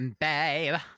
babe